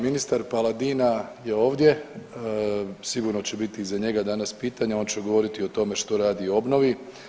Ministar Paladina je ovdje sigurno će biti i za njega danas pitanja, on će govoriti o tome što radi u obnovi.